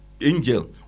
angel